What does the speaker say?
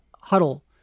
huddle